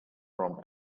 from